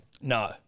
No